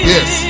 Yes